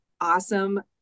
awesome